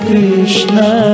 Krishna